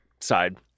side